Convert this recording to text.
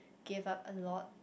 gave up a lot